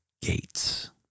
gates